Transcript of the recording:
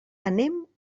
anem